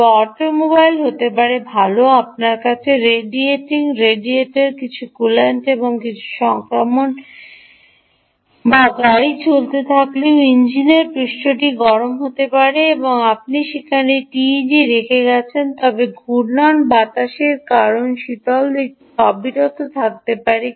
তবে অটোমোবাইল হতে পারে ভাল আপনার কাছে রেডিয়েটিং রেডিয়েটর কিছু কুল্যান্ট এবং কিছু সংক্রমণ বা গাড়ি চলতে থাকলেও ইঞ্জিনের পৃষ্ঠটি গরম হতে পারে আপনি যেখানেই টিইজি রেখে গেছেন তবে ঘূর্ণন বাতাসের কারণে শীতল দিকটি অবিরত থাকতে পারে